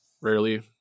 rarely